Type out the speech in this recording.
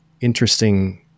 interesting